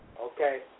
Okay